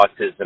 autism